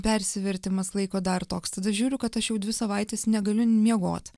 persivertimas laiko dar toks tada žiūriu kad aš jau dvi savaites negaliu miegot